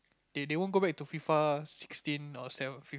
they they won't go back to F_I_F_A sixteen or seven fif~